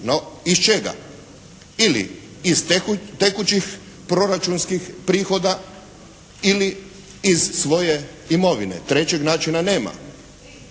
No iz čega? Ili iz tekućih proračunskih prihoda ili ih svoje imovine. Trećeg načina nema.